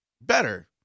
better